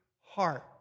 heart